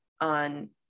on